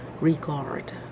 regard